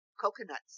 coconuts